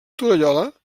torallola